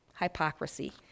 Hypocrisy